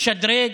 לשדרג.